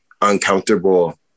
uncomfortable